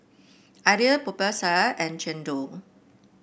Idly Popiah Sayur and Chendol